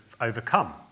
overcome